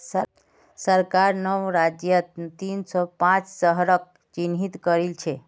सरकार नौ राज्यत तीन सौ पांच शहरक चिह्नित करिल छे